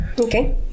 Okay